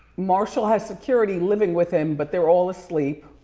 marshall has security living with him, but they're all asleep.